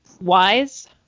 wise